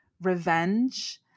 revenge